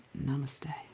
Namaste